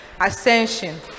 Ascension